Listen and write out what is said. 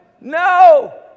no